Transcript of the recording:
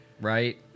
Right